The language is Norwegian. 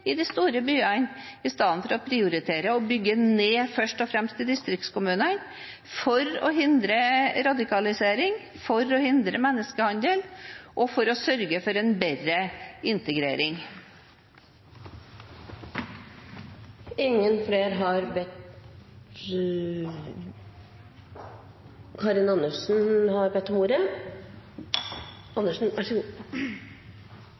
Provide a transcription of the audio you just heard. i de store byene istedenfor å prioritere å bygge ned først og fremst i distriktskommunene, for å hindre radikalisering, for å hindre menneskehandel og for å sørge for en bedre integrering? Karin Andersen har hatt ordet